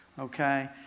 okay